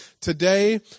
Today